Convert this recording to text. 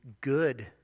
good